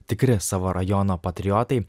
tikri savo rajono patriotai